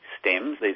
stems